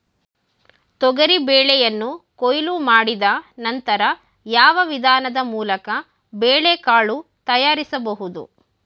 ತೊಗರಿ ಬೇಳೆಯನ್ನು ಕೊಯ್ಲು ಮಾಡಿದ ನಂತರ ಯಾವ ವಿಧಾನದ ಮೂಲಕ ಬೇಳೆಕಾಳು ತಯಾರಿಸಬಹುದು?